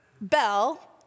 bell